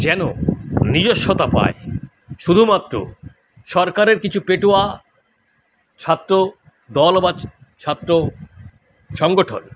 যেন নিজস্বতা পায় শুধুমাত্র সরকারের কিছু পেটোয়া ছাত্র দল বা ছাত্র সংগঠন